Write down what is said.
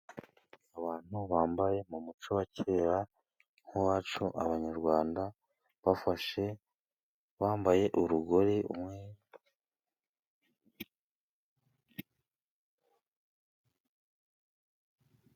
Abantu bambaye mu muco wa kera nk'uwacu abanyarwanda bafashe bambaye urugori umwe.